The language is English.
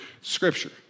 Scripture